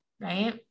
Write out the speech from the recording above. right